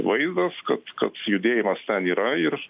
vaizdas kad kad judėjimas ten yra ir